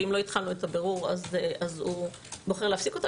ואם לא התחלנו את הבירור הוא בוחר להפסיק אותו.